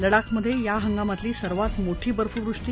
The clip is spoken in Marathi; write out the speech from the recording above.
लडाखमध्ये या हंगामातली सर्वात मोठी बर्फवृष्टी